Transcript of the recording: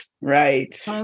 Right